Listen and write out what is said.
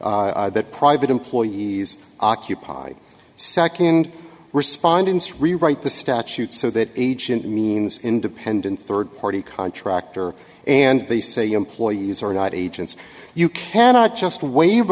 ambit that private employees occupy second respondent's rewrite the statute so that agent means independent third party contractor and they say employees are not agents you cannot just wave